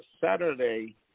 Saturday